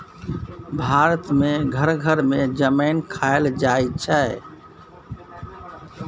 भारत मे घर घर मे जमैन खाएल जाइ छै